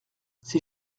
ces